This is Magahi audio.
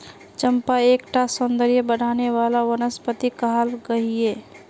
चंपा एक टा सौंदर्य बढाने वाला वनस्पति कहाल गहिये